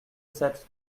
sept